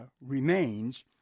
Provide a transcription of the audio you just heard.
remains